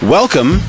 welcome